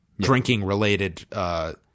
drinking-related